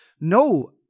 no